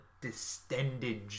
distended